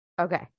Okay